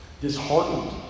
disheartened